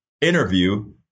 interview